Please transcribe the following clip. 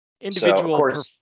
Individual